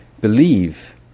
believe